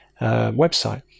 website